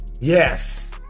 Yes